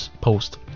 Post